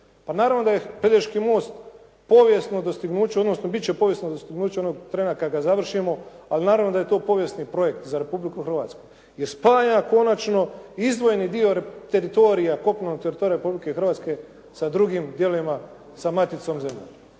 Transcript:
naravno da je Pelješki mosta povijesno dostignuće, odnosno bit će povijesno dostignuće onog trena kada ga završimo, ali naravno da je to povijesni projekt za Republiku Hrvatsku, jer spaja konačno izdvojeni dio teritorija, kopnenog teritorija Republike Hrvatske sa drugim dijelovima sa maticom zemljom.